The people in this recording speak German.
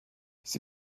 sie